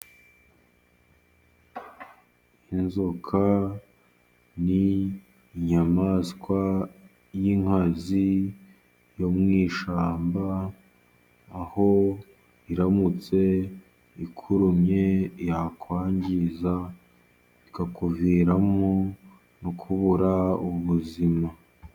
Inzoka ni inyamaswa y'inkazi yo mu ishyamba, aho iramutse ikurumye yakwangiza, bikakuviramo no kubura ubuzima.